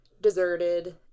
deserted